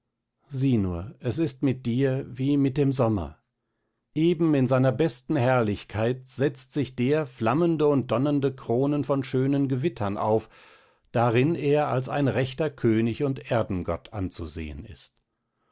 sieh nur es ist mit dir wie mit dem sommer eben in seiner besten herrlichkeit setzt sich der flammende und donnernde kronen von schönen gewittern auf darin er als ein rechter könig und erdengott anzusehen ist